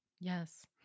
yes